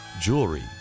jewelry